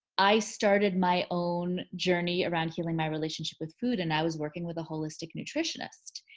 i started my own journey around healing my relationship with food and i was working with a holistic nutritionist.